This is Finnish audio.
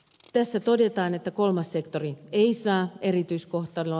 tässä todetaan että kolmas sektori ei saa erityiskohtelua